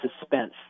suspense